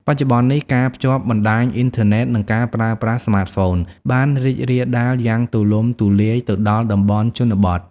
បច្ចុប្បន្ននេះ ការភ្ជាប់បណ្ដាញអ៊ីនធឺណិត និង ការប្រើប្រាស់ស្មាតហ្វូន បានរីករាលដាលយ៉ាងទូលំទូលាយទៅដល់តំបន់ជនបទ។